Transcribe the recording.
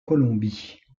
colombie